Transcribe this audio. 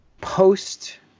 post